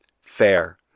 fair